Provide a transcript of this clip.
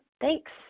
Thanks